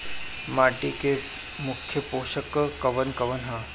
माटी में मुख्य पोषक कवन कवन ह?